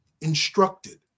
instructed